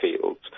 fields